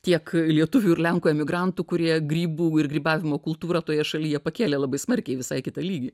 tiek lietuvių ir lenkų emigrantų kurie grybų ir grybavimo kultūrą toje šalyje pakėlė labai smarkiai visai į kitą lygį